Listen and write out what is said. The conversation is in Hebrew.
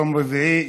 יום רביעי,